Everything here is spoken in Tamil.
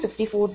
59